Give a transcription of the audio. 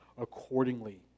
accordingly